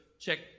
Check